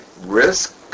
risk